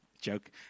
joke